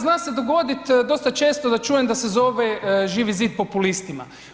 Zna se dogoditi dosta često da čujem se zove Živi zid populistima.